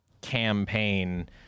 campaign